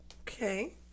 Okay